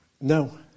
No